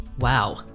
Wow